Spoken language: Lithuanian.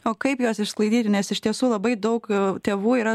o kaip juos išsklaidyti nes iš tiesų labai daug tėvų yra